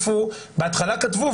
בהתחלה כתבו,